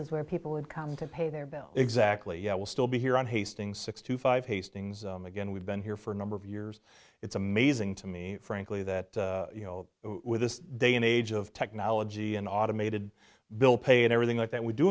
is where people would come to pay their bills exactly yeah we'll still be here on hastings sixty five hastings again we've been here for a number of years it's amazing to me frankly that you know with this day and age of technology an automated bill pay and everything like that we do